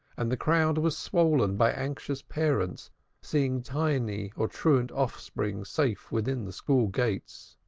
and the crowd was swollen by anxious parents seeing tiny or truant offspring safe within the school-gates.